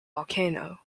volcano